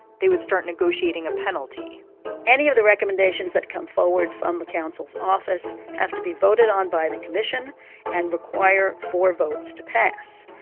they would start negotiating a penalty any of the recommendations that come forward from the counsel's office have to be voted on by the commission and require four votes to pass.